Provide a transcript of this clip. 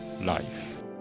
life